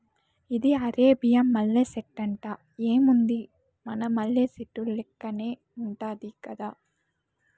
ఇది అరేబియా మల్లె సెట్టంట, ఏముంది మన మల్లె సెట్టు లెక్కనే ఉండాది గదా